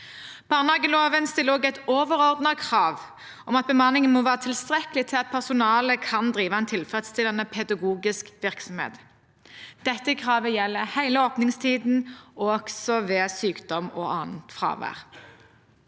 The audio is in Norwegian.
Barnehageloven stiller også et overordnet krav om at bemanningen må være tilstrekkelig til at personalet kan drive en tilfredsstillende pedagogisk virksomhet. Dette kravet gjelder hele åpningstiden, også ved sykdom og annet fravær.